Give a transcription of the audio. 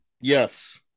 Yes